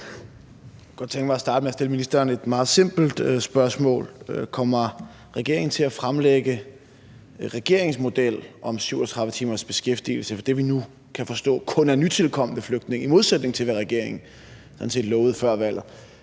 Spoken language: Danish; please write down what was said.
godt tænke mig at starte med at stille ministeren et meget simpelt spørgsmål: Kommer regeringen til at fremlægge regeringens model om 37 timers beskæftigelse for det, vi nu kan forstå kun er nytilkomne flygtninge, i modsætning til hvad regeringen sådan set